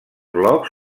blocs